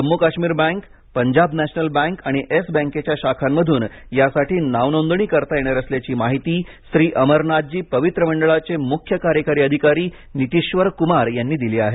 Jammu Kashmir bank Punjab national bank आणि Yes बँकेच्या शाखांमधून यासाठी नावनोंदणी करता येणार असल्याची माहिती श्री अमरनाथजी पवित्र मंडळाचे मुख्य कार्यकारी अधिकारी नितीश्वरकुमार यांनी दिली आहे